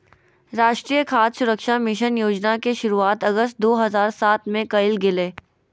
राष्ट्रीय खाद्य सुरक्षा मिशन योजना के शुरुआत अगस्त दो हज़ार सात में कइल गेलय